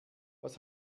was